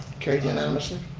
carried unanimously.